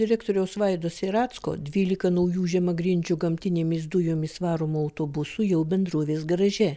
direktoriaus vaido siracko dvylika naujų žemagrindžių gamtinėmis dujomis varomų autobusų jau bendrovės garaže